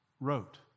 wrote